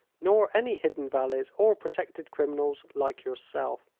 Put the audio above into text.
nor any hidden valleys or protected criminals like yourself.